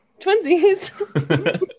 twinsies